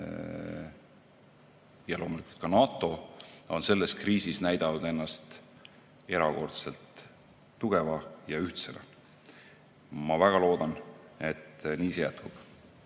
ja loomulikult ka NATO on selles kriisis näidanud ennast erakordselt tugeva ja ühtsena. Ma väga loodan, et see